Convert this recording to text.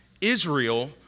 Israel